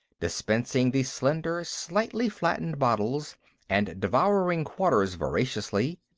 dispensing the slender, slightly flattened bottles and devouring quarters voraciously.